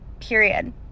period